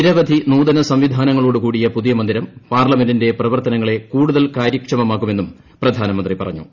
നിരവധി നൂതന സംവിധാനങ്ങളോടു കൂടിയ പുതിയ മന്ദിരം പാർലമെന്റിന്റെ പ്രവർത്തനങ്ങളെ കൂടുതൽ കാര്യക്ഷമമാക്കുമെന്നും പ്രധാനമന്ത്രി പറഞ്ഞു